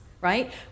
right